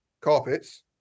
Carpets